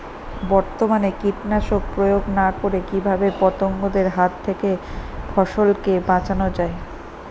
বর্তমানে কীটনাশক প্রয়োগ না করে কিভাবে পতঙ্গদের হাত থেকে ফসলকে বাঁচানো যায়?